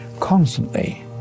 constantly